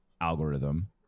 algorithm